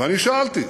ואני שאלתי: